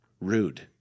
rude